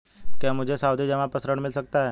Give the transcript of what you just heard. क्या मुझे सावधि जमा पर ऋण मिल सकता है?